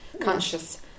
conscious